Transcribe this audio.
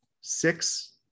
six